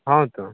हँ तऽ